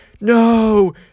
no